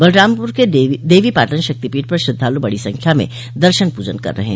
बलरामपुर के देवीपाटन शक्तिपीठ पर श्रद्धालु बड़ी संख्या में दर्शन पूजन कर रहे हैं